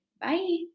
Bye